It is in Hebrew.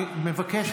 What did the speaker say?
אני מבקש,